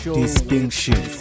distinction